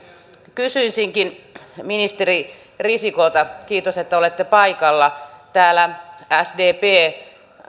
kysyisinkin ministeri risikolta kiitos että olette paikalla kun täällä sdp